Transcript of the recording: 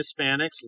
Hispanics